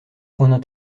point